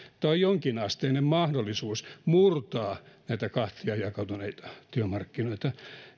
tai olisi jonkinasteinen mahdollisuus murtaa näitä kahtia jakautuneita työmarkkinoita